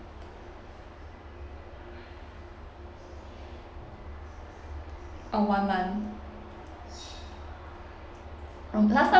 oh one month um last time